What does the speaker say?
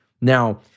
Now